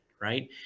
right